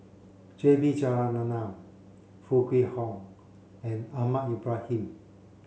J B Jeyaretnam Foo Kwee Horng and Ahmad Ibrahim